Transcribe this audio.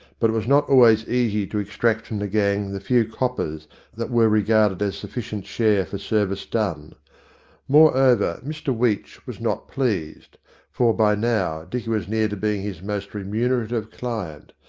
but it was not always easy to extract from the gang the few coppers that were regarded as sufficient share for service done moreover, mr weech was not pleased for by now dicky was near to being his most re munerative client,